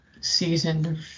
season